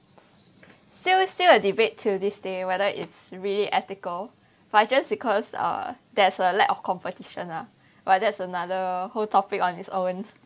still still a debate till this day whether it's really ethical but just because ah there's a lack of competition lah but that's another whole topic on its own